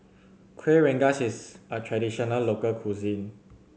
Kuih Rengas is a traditional local cuisine